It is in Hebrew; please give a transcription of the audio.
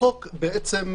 החוק בעצם,